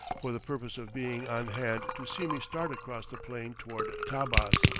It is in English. for the purpose of being on hand to see me start across the plain toward tabbas.